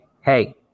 hey